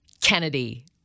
Kennedy